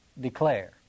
declare